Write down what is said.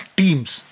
teams